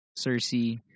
Cersei